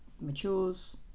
matures